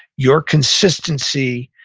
your consistency,